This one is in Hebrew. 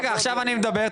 עכשיו אני מדבר,